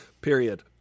period